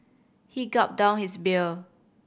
he gulped down his beer